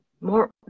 more